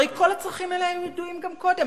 הרי כל הצרכים האלה היו ידועים גם קודם.